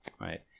right